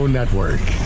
Network